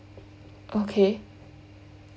okay